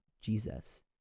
Jesus